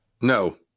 No